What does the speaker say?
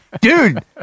dude